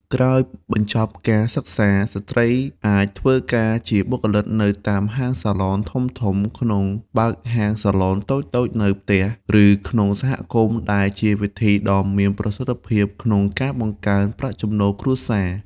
ក្រោយបញ្ចប់ការសិក្សា ស្ត្រីអាចធ្វើការជាបុគ្គលិកនៅតាមហាងសាឡនធំៗ ក្នុងបើកហាងសាឡនតូចៗនៅផ្ទះ ឬក្នុងសហគមន៍ ដែលជាវិធីដ៏មានប្រសិទ្ធភាពក្នុងការបង្កើនប្រាក់ចំណូលគ្រួសារ។